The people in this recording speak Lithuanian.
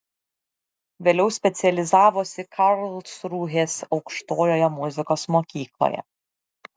vėliau specializavosi karlsrūhės aukštojoje muzikos mokykloje